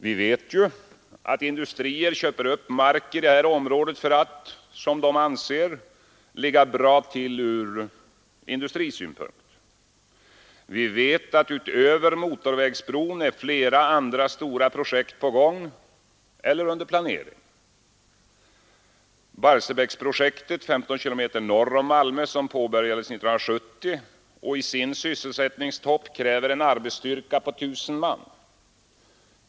Vi vet att industrier köper upp mark i det här området för att — som de anser — ligga bra till ur industrisynpunkt. Vi vet att utöver motorvägsbron är flera andra stora projekt på gång eller under planering: Barsebäcksprojektet 15 km norr om Malmö som påbörjades 1970, och i sin sysselsättningstopp kräver det en arbetsstyrka på 1 000 man.